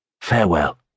Farewell